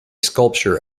sculpture